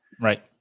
Right